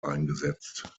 eingesetzt